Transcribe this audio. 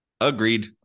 Agreed